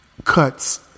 cuts